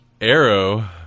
Arrow